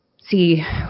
see